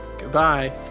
Goodbye